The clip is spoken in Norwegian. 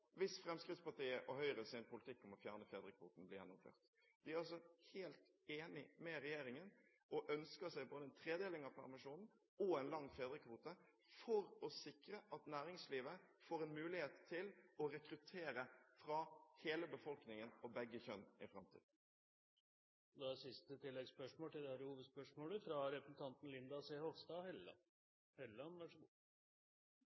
hvis Fremskrittspartiets og Høyres politikk for å fjerne fedrekvoten blir gjennomført. De er altså helt enig med regjeringen og ønsker seg både en tredeling av permisjonen og en lang fedrekvote for å sikre at næringslivet får mulighet til å rekruttere fra hele befolkningen og begge kjønn i framtiden. Linda C. Hofstad Helleland – til oppfølgingsspørsmål. Med verdens mest sjenerøse foreldrepermisjonsordning er det